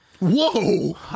Whoa